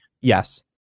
yes